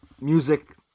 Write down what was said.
music